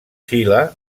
xile